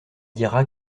dira